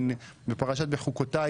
בפרשת בחוקותיי